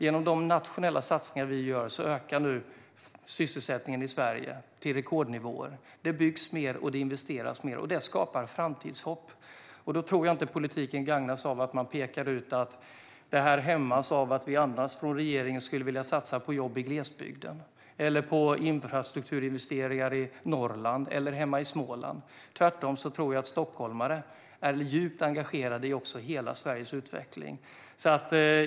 Genom de nationella satsningar som vi gör ökar nu sysselsättningen i Sverige till rekordnivåer. Det byggs mer och det investeras mer. Det skapar framtidshopp. Då tror jag inte att politiken gagnas av att man säger att regeringen vill satsa på jobb i glesbygden, på infrastrukturinvesteringar i Norrland eller hemma i Småland. Tvärtom tror jag att stockholmare är djupt engagerade i hela Sveriges utveckling.